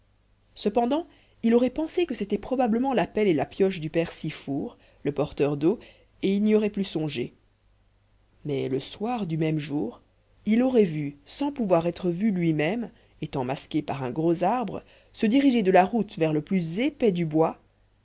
cependant il aurait pensé que c'étaient probablement la pelle et la pioche du père six fours le porteur d'eau et il n'y aurait plus songé mais le soir du même jour il aurait vu sans pouvoir être vu lui-même étant masqué par un gros arbre se diriger de la route vers le plus épais du bois